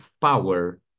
power